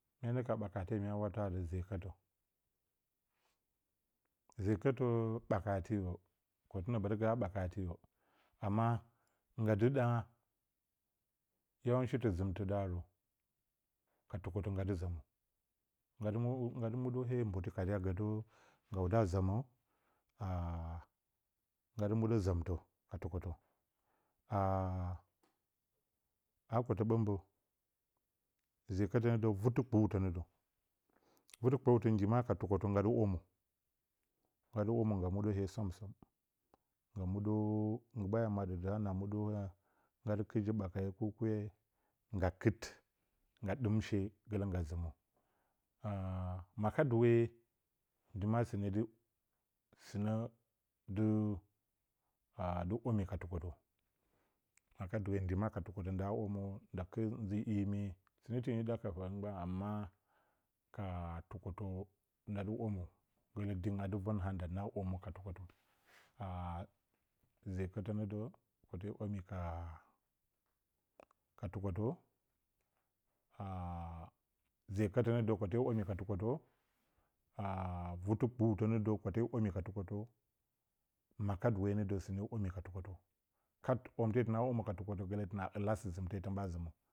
Mee nə ka ɓakate mya wattrə ati zeekətə zeekətə ɓaka ti yo, kwot mə ɓətigəa a ɓakati yo amma ngga dɨ ɗa tɨ zɨm tɨ darə ko tɨkotə ngga dɨ zəmə, ngga dɨ muɗə hee mbwotɨ kadee a gədə ngga dɨ wudə a zəmə naza dɨ mudə zəmtə ka tɨkotə a a a a kwotə ɓəmmbə zeekətə nədə vɨɨtɨkpeutə nədə, vɨtɨtakpeutə nggi ma ka tɨkotə ngga dɨ womə ngga dɨ womə ngga muɗə hee som son ngga muuɗəə, nggɨ ɓaa maɗə dɨ hanə a muɗə a hag. Ngga dɨ kɨtgə, ɓakaryi kur-kurye ngga kɨt, ngga ɗɨm shee gəkɨlə ngga zɨmə, maka duwe ndɨ ma sɨne dɨ dɨ a dɨ womyi ka tɨkotə maka-dɨwe, ndɨ ma ka ko tɨ kwotə nda womə nda kɨtgə hye mye sɨnə tɨni dɨ ɗa səfeme mgban amma ka tɨkwotə nda womə, gəkɨlə diingtri adɨ vən haa nda naa womə ka tɨkwotə a zee ekətə nə də kwote womi ka lɨkwotə vɨtakpeula nə də kwote womyi ka tɨkwotə kat wom te tona dɨ womə ka maka-duwe nə də sɨne womyi ka tɨ kwotə, kat womte təna dɨ womə ka tɨk wole gələ ta ɨ la st-zɨmto tə bas zipilusmə.